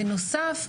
בנוסף,